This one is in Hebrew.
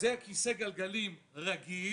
זה כיסא גלגלים רגיל